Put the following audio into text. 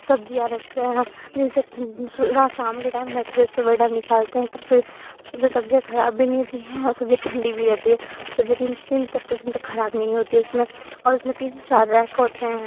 सब्ज़ियाँ रखते हैं जैसे शाम के टाइम रखते हैं सुबह के टाइम निकालते हैं तो फिर उससे सब्जियां खराब भी नहीं होती हे और सब्जी ठंडी भी रहती है सब्जियां तीन तीन तार तार दिन तक खराब नहीं होती है उसमें और उसमें तीन चार रैक होते हैं